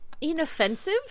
inoffensive